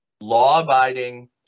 law-abiding